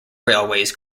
railways